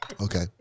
Okay